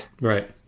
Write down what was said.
Right